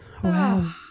Wow